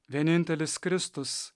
vienintelis kristus